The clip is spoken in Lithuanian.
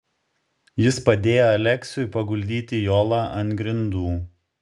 jis padėjo aleksiui paguldyti jolą ant grindų